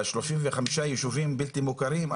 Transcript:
ב-35 ישובים בלתי מוכרים,